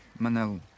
Manel